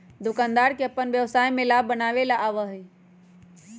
दुकानदार के अपन व्यवसाय में लाभ बनावे आवा हई